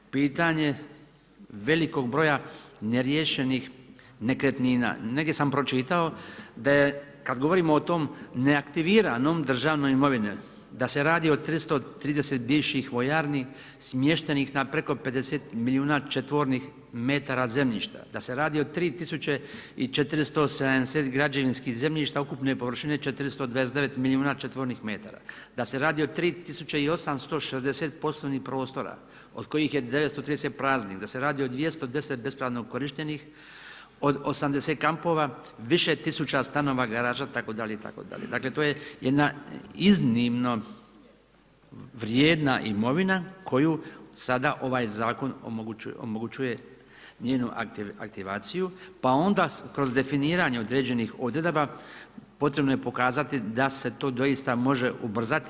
Pitanje velikog broja neriješenih nekretnina, negdje sam pročitao kada govorimo o tom ne aktiviranom državnom imovinom da se radi o 330 bivših vojarni smještenih na preko 50 milijuna četvornih metara zemljišta, da se radi o 3470 građevinskih zemljišta ukupne površine 429 milijuna četvornih metara, da se radi o 3860 poslovnih prostora od kojih je 930 praznih, da se radi o 210 bespravno korištenih, od 80 kampova, više tisuća stanova, garaža itd., itd. dakle to je jedna iznimno vrijedna imovina koju sada ovaj zakon omogućuje njenu aktivaciju pa onda kroz definiranje određenih odredaba potrebno je pokazati da se to doista može ubrzati.